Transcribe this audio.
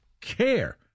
care